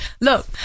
Look